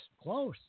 Close